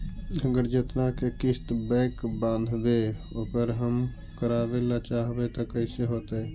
अगर जेतना के किस्त बैक बाँधबे ओकर कम करावे ल चाहबै तब कैसे होतै?